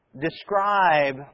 describe